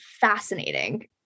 fascinating